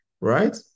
right